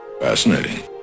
Fascinating